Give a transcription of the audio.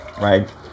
right